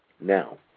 Now